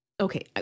Okay